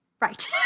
Right